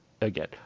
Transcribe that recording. again